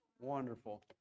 Wonderful